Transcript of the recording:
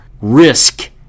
risk